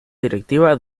directiva